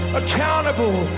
accountable